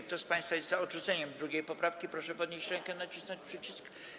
Kto z państwa jest za odrzuceniem 2. poprawki, proszę podnieść rękę i nacisnąć przycisk.